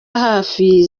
hafi